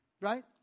right